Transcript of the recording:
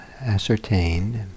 ascertained